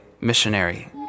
missionary